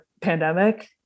pandemic